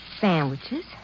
Sandwiches